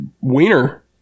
wiener